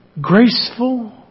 graceful